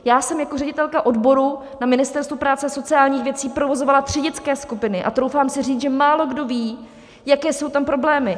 Já jsem jako ředitelka odboru na Ministerstvu práce a sociálních věcí provozovala tři dětské skupiny a troufám si říct, že málokdo ví, jaké jsou tam problémy.